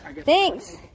thanks